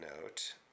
note